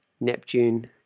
Neptune